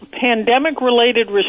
pandemic-related